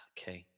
Okay